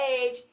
age